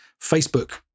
facebook